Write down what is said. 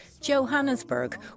Johannesburg